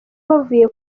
bavuye